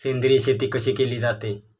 सेंद्रिय शेती कशी केली जाते?